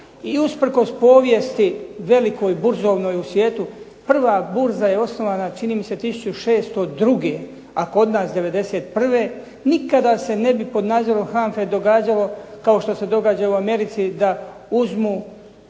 I usprkos povijesti velikoj burzovnoj u svijetu, prva burza je osnovana čini mi se 1602. a kod nas '91. Nikada se ne bi pod nadzorom HANFA-e događalo kao što se događa u Americi da uzmu